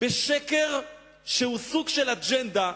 בשקר שהוא סוג של אג'נדה,